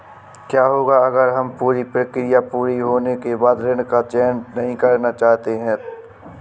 क्या होगा अगर हम पूरी प्रक्रिया पूरी होने के बाद ऋण का चयन नहीं करना चाहते हैं?